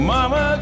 Mama